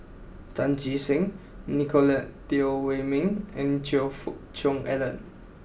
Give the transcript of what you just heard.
Chan Chee Seng Nicolette Teo Wei Min and Choe Fook Cheong Alan